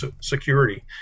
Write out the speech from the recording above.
security